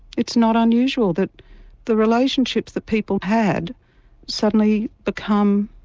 it's not unusual that the relationships that people had suddenly become